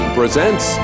presents